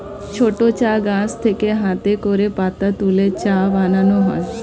ছোট চা গাছ থেকে হাতে করে পাতা তুলে চা বানানো হয়